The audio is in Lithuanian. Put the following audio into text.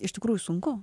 iš tikrųjų sunku